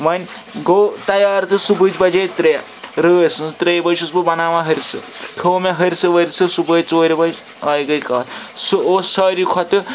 وۄنۍ گوٚو تَیار تہٕ صُبحٕچ بَجے ترٛےٚ رٲژ ہٕنٛز ترٛیٚیہِ بَجہِ چھُس بہٕ بَناوان ہرسہٕ تھوٚو مےٚ ہرسہٕ ؤرسہٕ صُبحٲے ژورِ بَجہِ آیہِ گٔے کَتھ سُہ اوس سارِوٕے کھۄتہٕ